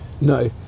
no